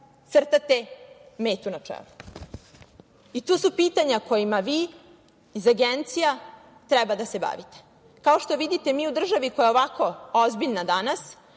crtate metu na čelu. To su pitanja kojima vi iz agencija treba da se bavite. Kao što vidite mi u državi koja je ovako ozbiljna danas,